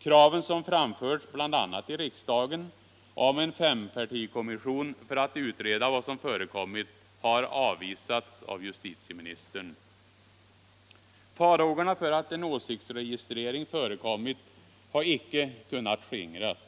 Kraven, som framförts bl.a. i riksdagen, på en fempartikommission för att utreda vad som förekommit har avvisats av justitieministern. Farhågorna för att en åsiktsregistrering förekommit har icke kunnat skingras.